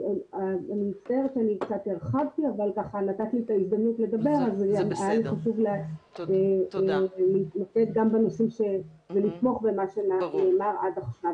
היה לי חשוב להתמקד גם בנושאים האלה ולתמוך במה שנאמר עד עכשיו.